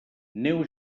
neu